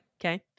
Okay